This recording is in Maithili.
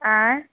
आएँ